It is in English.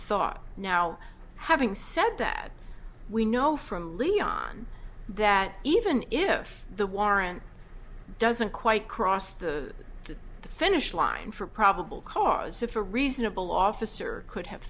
saw now having said that we know from leon that even if the warrant doesn't quite cross the finish line for probable cause if a reasonable officer could have